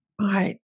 Right